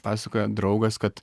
pasakojo draugas kad